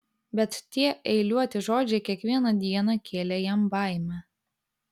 bet tie eiliuoti žodžiai kiekvieną dieną kėlė jam baimę